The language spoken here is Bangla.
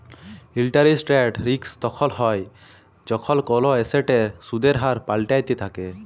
ইলটারেস্ট রেট রিস্ক তখল হ্যয় যখল কল এসেটের সুদের হার পাল্টাইতে থ্যাকে